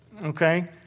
Okay